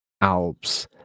Alps